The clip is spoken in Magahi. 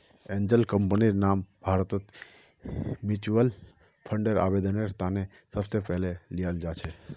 एंजल कम्पनीर नाम भारतत म्युच्युअल फंडर आवेदनेर त न सबस पहले ल्याल जा छेक